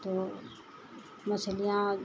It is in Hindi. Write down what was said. तो मछलियाँ